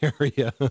area